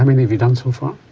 many have you done so far?